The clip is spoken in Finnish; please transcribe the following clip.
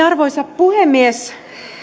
arvoisa puhemies